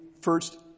first